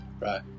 Right